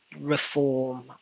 reform